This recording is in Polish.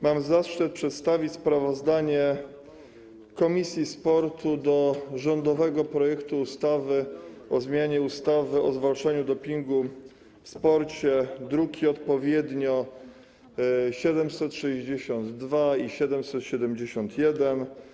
Mam zaszczyt przedstawić sprawozdanie komisji sportu wobec rządowego projektu ustawy o zmianie ustawy o zwalczaniu dopingu w sporcie, odpowiednio druki nr 762 i 771.